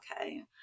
okay